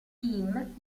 kim